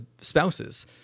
spouses